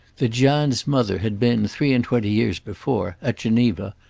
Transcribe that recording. that jeanne's mother had been three-and-twenty years before, at geneva,